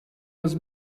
was